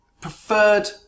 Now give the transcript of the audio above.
preferred